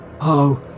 Oh